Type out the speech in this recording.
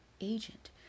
agent